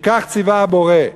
כי כך ציווה הבורא.